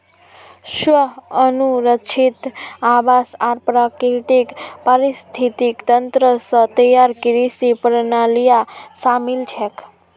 स्व अनुरक्षित आवास आर प्राकृतिक पारिस्थितिक तंत्र स तैयार कृषि प्रणालियां शामिल छेक